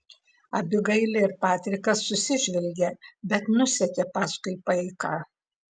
abigailė ir patrikas susižvelgė bet nusekė paskui paiką